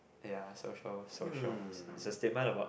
ya social social it's a statement about